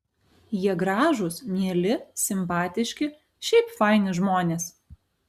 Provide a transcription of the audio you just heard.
jie gražūs mieli simpatiški šiaip faini žmonės